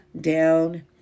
down